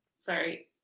Sorry